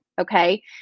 Okay